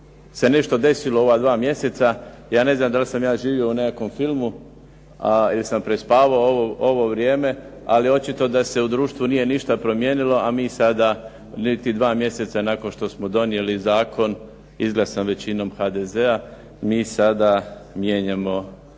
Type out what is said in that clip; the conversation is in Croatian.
se nešto desilo u ova 2 mjeseca. Ja ne znam da li sam ja živio u nekakvom filmu ili sam prespavao ovo vrijeme, ali očito da se u društvu nije ništa promijenilo, a mi sada niti 2 mjeseca nakon što smo donijeli zakon izglasan većinom HDZ-a mi sada mijenjamo